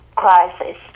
crisis